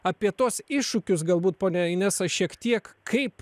apie tuos iššūkius galbūt ponia inesa šiek tiek kaip